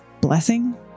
blessing